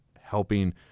helping